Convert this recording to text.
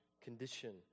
condition